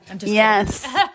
Yes